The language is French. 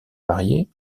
mariés